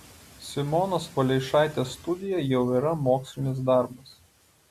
simonos valeišaitės studija jau yra mokslinis darbas